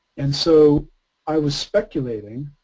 and so i was speculating